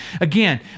Again